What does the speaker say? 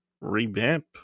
revamp